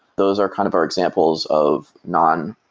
those are kind of our examples of non-orders.